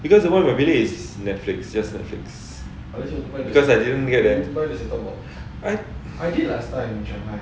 because the one my bilik is Netflix just Netflix cause I didn't get the I